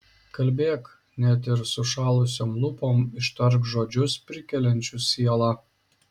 kalbėk net ir sušalusiom lūpom ištark žodžius prikeliančius sielą